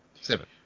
Seven